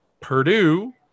Purdue